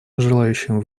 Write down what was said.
желающим